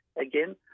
Again